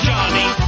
Johnny